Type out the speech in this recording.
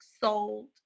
sold